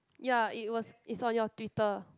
ya it was it's on your Twitter